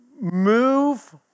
move